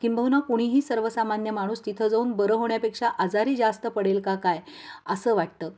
किंबहुना कुणीही सर्वसामान्य माणूस तिथं जाऊन बरं होण्यापेक्षा आजारी जास्त पडेल का काय असं वाटतं